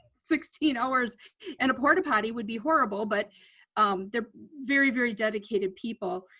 sixteen hours and a port-o-potty would be horrible, but they're very, very dedicated people,